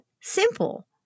simple